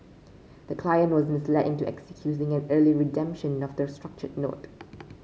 the client was misled into executing an early redemption of the structured note